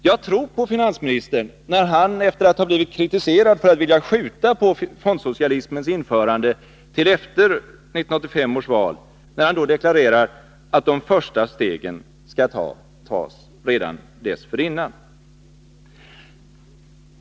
Jag tror på finansministern när han, efter att ha blivit kritiserad för att vilja skjuta på fondsocialismens införande till efter 1985 års val, deklarerar att de första stegen skall tas redan dessförinnan.